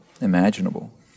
imaginable